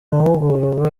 mahugurwa